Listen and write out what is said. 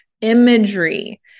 imagery